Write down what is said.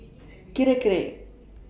Kirei Kirei